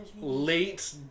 late